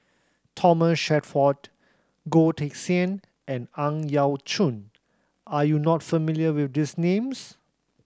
Thomas Shelford Goh Teck Sian and Ang Yau Choon are you not familiar with these names